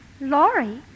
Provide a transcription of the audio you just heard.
Laurie